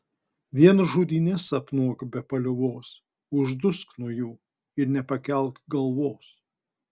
vien žudynes sapnuok be paliovos uždusk nuo jų ir nepakelk galvos